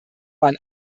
waren